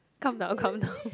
calm down calm down